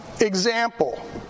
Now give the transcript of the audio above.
example